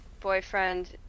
boyfriend